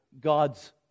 god's